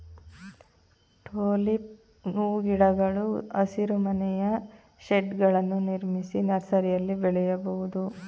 tulip ಹೂಗಿಡಗಳು ಹಸಿರುಮನೆಯ ಶೇಡ್ಗಳನ್ನು ನಿರ್ಮಿಸಿ ನರ್ಸರಿಯಲ್ಲಿ ಬೆಳೆಯಬೋದು